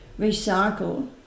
recycle